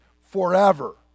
forever